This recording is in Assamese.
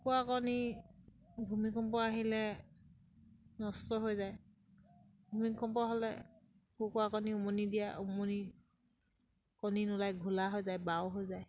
কুকুৰা কণী ভূমিকম্প আহিলে নষ্ট হৈ যায় ভূমিকম্প হ'লে কুকুৰা কণী উমনি দিয়া উমনি কণী নোলাই ঘোলা হৈ যায় বাউ হৈ যায়